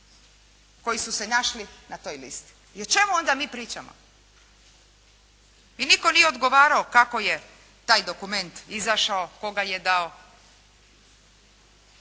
koji su se našli na toj listi. I o čemu onda mi pričamo? I nitko nije odgovarao kako je taj dokument izašao, tko ga je dao.